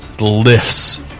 lifts